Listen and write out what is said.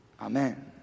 Amen